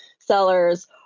sellers